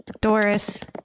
Doris